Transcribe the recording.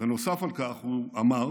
ונוסף על כך הוא אמר: